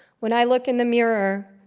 when i look in the mirror,